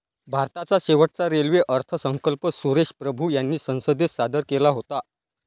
भारताचा शेवटचा रेल्वे अर्थसंकल्प सुरेश प्रभू यांनी संसदेत सादर केला होता